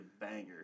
banger